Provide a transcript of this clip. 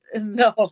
no